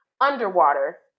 underwater